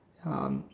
ya